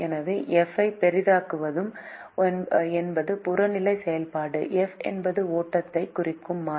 எனவே f ஐ பெரிதாக்குவது என்பது புறநிலை செயல்பாடு f என்பது ஓட்டத்தை குறிக்கும் மாறி